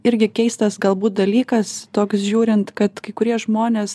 irgi keistas galbūt dalykas toks žiūrint kad kai kurie žmonės